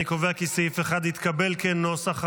אני קובע כי סעיף 1, כנוסח הוועדה,